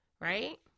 Right